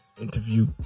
interview